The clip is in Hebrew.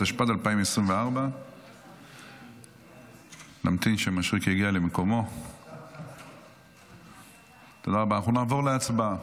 התשפ"ד 2024. נעבור להצבעה.